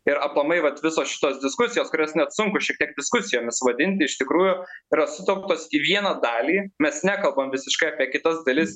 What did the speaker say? ir aplamai vat visos šitos diskusijos kurias net sunku šiek tiek diskusijomis vadinti iš tikrųjų prastumtos į vieną dalį mes nekalbam visiškai apie kitas dalis